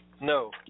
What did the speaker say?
no